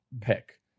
pick